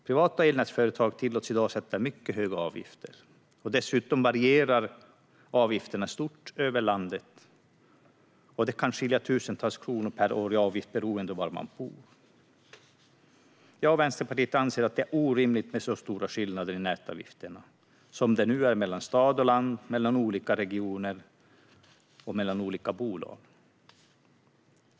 Privata elnätsföretag tillåts i dag att sätta mycket höga avgifter. Dessutom varierar avgifterna stort över landet, och det kan skilja tusentals kronor per år i avgift beroende på var man bor. Jag och Vänsterpartiet anser att det är orimligt med så stora skillnader i nätavgifterna som nu råder mellan stad och land, mellan olika regioner och mellan olika bolag.